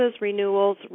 renewals